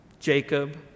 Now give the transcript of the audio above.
Jacob